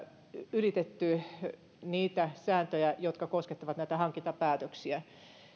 ylitetty niitä sääntöjä jotka koskettavat näitä hankintapäätöksiä